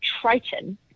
triton